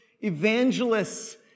evangelists